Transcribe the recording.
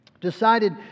decided